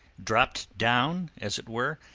dropped down, as it were,